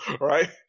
Right